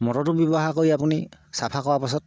মটৰটো ব্যৱহাৰ কৰি আপুনি চফা কৰাৰ পাছত